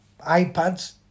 iPads